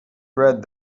read